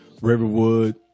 Riverwood